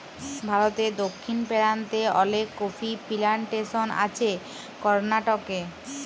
ভারতে দক্ষিণ পেরান্তে অলেক কফি পিলানটেসন আছে করনাটকে